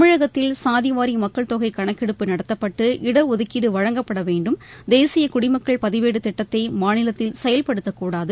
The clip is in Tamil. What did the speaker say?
தமிழகத்தில் சாதிவாரி மக்கள் தொகை கணக்கெடுப்பு நடத்தப்பட்டு இடஒதுக்கீடு வழங்கப்பட வேண்டும் தேசிய குடிமக்கள் பதிவேடு திட்டத்தை மாநிலத்தில் செயல்படுத்தக்கூடாது